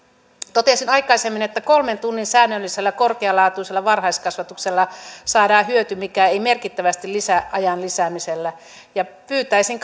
totesin aikaisemmin että kolmen tunnin säännöllisellä korkealaatuisella varhaiskasvatuksella saadaan hyöty mikä ei merkittävästi lisäänny ajan lisäämisellä ja pyytäisin